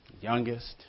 Youngest